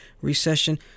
recession